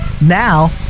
Now